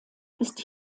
ist